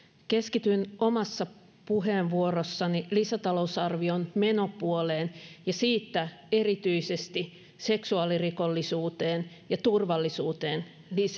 keskityn omassa puheenvuorossani lisätalousarvion menopuoleen ja siinä erityisesti seksuaalirikollisuuteen ja turvallisuuteen